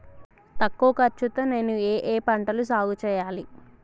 తక్కువ ఖర్చు తో నేను ఏ ఏ పంటలు సాగుచేయాలి?